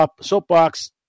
soapbox